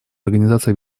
организации